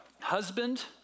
husband